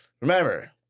Remember